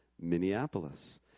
Minneapolis